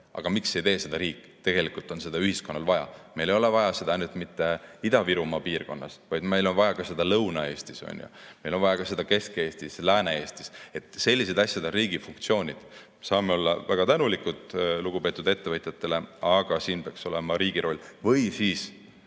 Aga miks ei tee seda riik? Tegelikult on seda ühiskonnal vaja. Meil ei ole vaja seda mitte ainult Ida-Virumaa piirkonnas, vaid meil on vaja seda ka Lõuna-Eestis. Meil on seda vaja ka Kesk‑Eestis ja Lääne‑Eestis. Sellised asjad on riigi funktsioonid. Me saame olla väga tänulikud lugupeetud ettevõtjatele, aga siin peaks olema riigi roll. Või siis